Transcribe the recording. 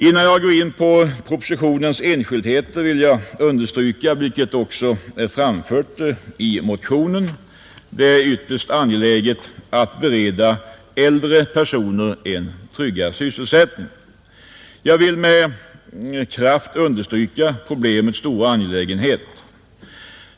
Innan jag går in på propositionens enskildheter vill jag understryka, vilket också är framhållet i motionen, att det är ytterst angeläget att bereda äldre personer en tryggad sysselsättning. Jag vill med kraft understryka det problemets stora angelägenhet.